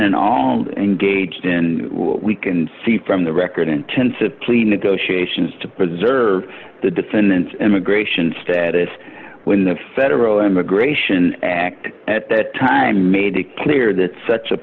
t all engaged in we can see from the record intensive plea negotiations to preserve the defendant's immigration status when the federal immigration act at that time made it clear that such a